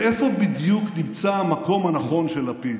ואיפה בדיוק נמצא המקום הנכון של לפיד?